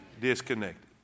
disconnected